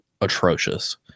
atrocious